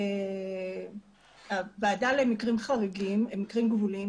הוועדה למקרים גבוליים,